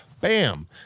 Bam